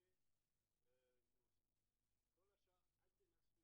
היום ה-21 בנובמבר 2018,